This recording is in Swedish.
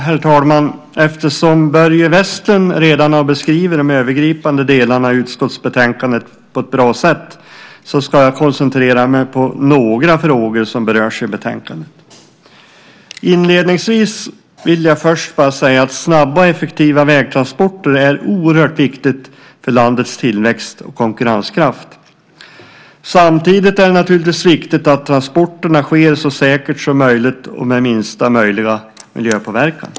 Herr talman! Eftersom Börje Westlund redan beskrivit de övergripande delarna i utskottsbetänkandet på ett bra sätt ska jag koncentrera mig på några av de frågor som berörs i betänkandet. Inledningsvis vill jag först bara säga att snabba och effektiva vägtransporter är oerhört viktigt för landets tillväxt och konkurrenskraft. Samtidigt är det naturligtvis viktigt att transporterna sker så säkert som möjligt och med minsta möjliga miljöpåverkan.